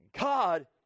God